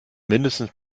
mindestens